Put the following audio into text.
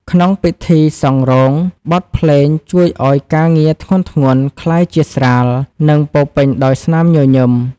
ក្នុងពិធីសង់រោង បទភ្លេងជួយឱ្យការងារធ្ងន់ៗក្លាយជាស្រាល និងពោរពេញដោយស្នាមញញឹម។